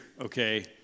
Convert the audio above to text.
okay